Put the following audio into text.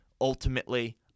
Ultimately